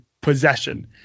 possession